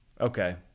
Okay